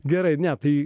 gerai ne tai